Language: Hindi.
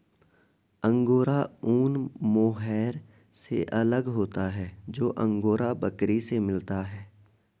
अंगोरा ऊन मोहैर से अलग होता है जो अंगोरा बकरी से मिलता है